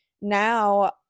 now